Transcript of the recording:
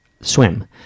swim